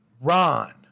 Ron